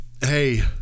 hey